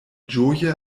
ĝoje